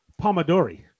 Pomodori